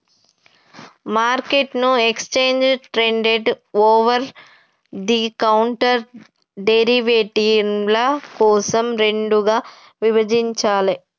మార్కెట్ను exchange traded, over the counter డెరివేటివ్ల కోసం రెండుగా విభజించాలే